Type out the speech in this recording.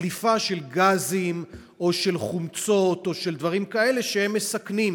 דליפה של גזים או של חומצות או של דברים כאלה שמסכנים.